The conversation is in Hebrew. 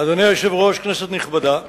אדוני היושב-ראש, כנסת נכבדה,